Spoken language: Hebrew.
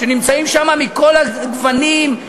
שנמצאים שם מכל הגוונים,